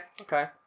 Okay